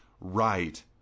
right